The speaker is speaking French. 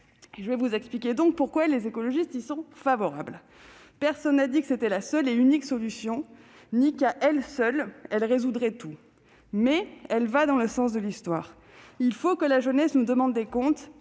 de vous expliquer pourquoi les écologistes y sont favorables. Personne n'a dit que cette solution était la seule et l'unique, ni qu'à elle seule elle résoudrait tout. Mais elle va dans le sens de l'Histoire. Il faut que la jeunesse nous demande des comptes,